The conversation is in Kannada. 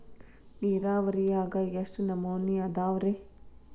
ನೇರಾವರಿಯಾಗ ಎಷ್ಟ ನಮೂನಿ ಅದಾವ್ರೇ?